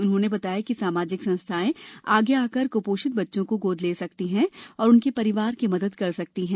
उन्होंने बताया कि सामाजिक संस्थाएं आगे आकर क्पोषित बच्चों को गोद ले सकते हैं और उनके परिवार की मदद कर सकते हैं